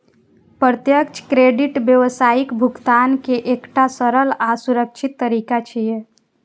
प्रत्यक्ष क्रेडिट व्यावसायिक भुगतान के एकटा सरल आ सुरक्षित तरीका छियै